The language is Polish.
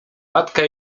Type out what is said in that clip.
matka